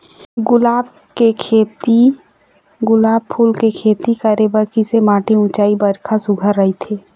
गुलाब फूल के खेती करे बर किसे माटी ऊंचाई बारिखा सुघ्घर राइथे?